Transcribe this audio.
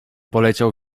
poleciał